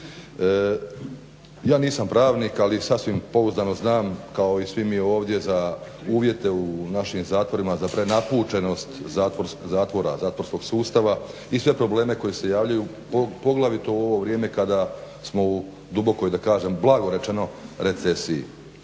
Ja nisam pravnik ali sasvim pouzdano znam kao i svi mi ovdje za uvjete u našim zatvorima, za prenapučenost zatvora, zatvorskog sustava i sve probleme koji se javljaju poglavito u ovo vrijeme kada smo u dubokoj da kažem blago rečeno recesiji.